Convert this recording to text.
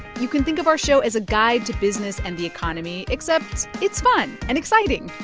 you can think of our show as a guide to business and the economy except it's fun and exciting.